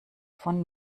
von